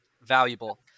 valuable